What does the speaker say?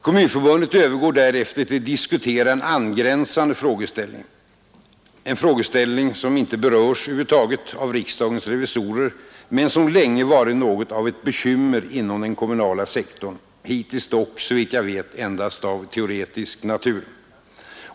Kommunförbundet övergår därefter till att diskutera en angränsande frågeställning, en frågeställning som över huvud taget inte berörts av riksdagens revisorer men som länge varit något av ett bekymmer inom den kommunala sektorn — hittills dock, såvitt jag vet, endast av teoretisk natur.